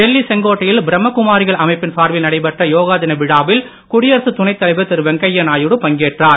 டெல்லி செங்கோட்டையில் பிரம்மகுமாரிகள் அமைப்பின் சார்பில் நடைபெற்ற யோகா தின விழாவில் குடியரசு துணைத் தலைவர் திரு வெங்கையநாயுடு பங்கேற்றார்